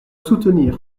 soutenir